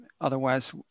otherwise